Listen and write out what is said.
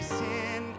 sin